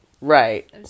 right